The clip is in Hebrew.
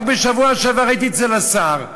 רק בשבוע שעבר הייתי אצל השר,